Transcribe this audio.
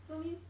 so means